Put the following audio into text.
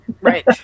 Right